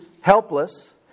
helpless